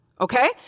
okay